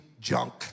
junk